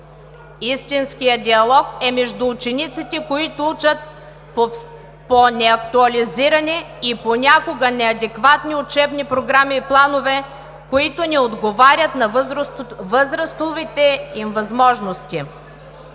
Истинският диалог е между учениците, които учат по неактуализирани и понякога неадекватни учебни програми и планове, които не отговарят на възрастовите им възможности.